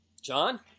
John